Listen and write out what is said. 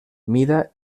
mida